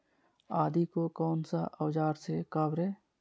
आदि को कौन सा औजार से काबरे?